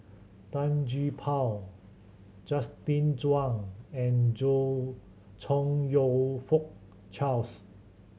Tan Gee Paw Justin Zhuang and Chong You Fook Charles